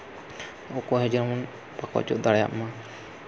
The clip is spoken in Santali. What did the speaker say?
ᱚᱠᱚᱭ ᱦᱚᱸ ᱡᱮᱢᱚᱱ ᱵᱟᱠᱚ ᱚᱪᱚᱜ ᱫᱟᱲᱮᱭᱟᱜ ᱢᱟ